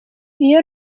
iyo